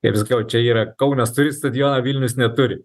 kaip sakiau čia yra kaunas turi stadioną vilnius neturi